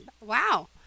Wow